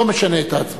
לא משנה את ההצבעה.